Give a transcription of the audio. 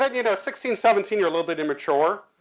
and you know sixteen, seventeen you're a little bit immature,